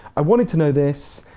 i wanted to know this,